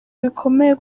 bikomeye